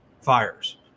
fires